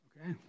Okay